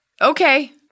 okay